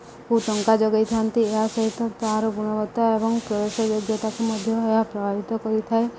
କୁ ଟଙ୍କା ଯୋଗେଇଥାନ୍ତି ଏହା ସହିତ ତାହାର ଗୁଣବତ୍ତା ଏବଂ ପ୍ରୟୋଗ ଯୋଗ୍ୟତାକୁ ମଧ୍ୟ ଏହା ପ୍ରଭାବିତ କରିଥାଏ